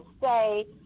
say